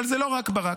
אבל זה לא רק ברק.